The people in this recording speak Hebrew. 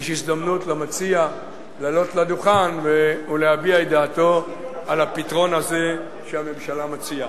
יש הזדמנות למציע לעלות לדוכן ולהביע את דעתו על הפתרון שהממשלה מציעה.